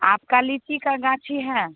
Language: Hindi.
आपकी लीची की गाछी है